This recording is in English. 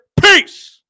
Peace